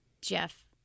Jeff